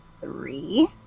three